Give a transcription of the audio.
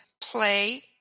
play